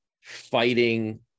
fighting